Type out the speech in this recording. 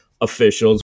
officials